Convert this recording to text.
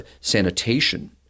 sanitation